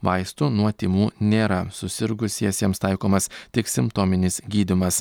vaistų nuo tymų nėra susirgusiesiems taikomas tik simptominis gydymas